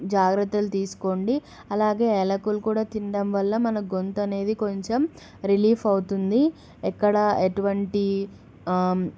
జాగ్రత్తలు తీసుకోండి అలాగే ఏలకులు కూడా తినడం వల్ల మన గొంతు అనేది కొంచెం రిలీఫ్ అవుతుంది ఎక్కడ ఎటువంటి